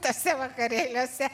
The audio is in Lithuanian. tuose vakarėliuose